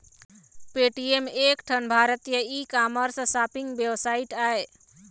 Paytm एक ठन भारतीय ई कामर्स सॉपिंग वेबसाइट आय